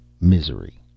misery